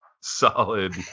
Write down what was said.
solid